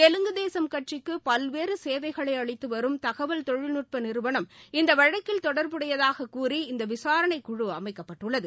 தெலுங்குதேச கட்சிக்கு பல்வேறு சேவைகளை அளித்துவரும் தகவல் தொழில்நுட்ப நிறுவனம் இந்த வழக்கில் தொடர்புடையதாக கூறி இந்த விசாரணைக்குழு அமைக்கப்பட்டுள்ளது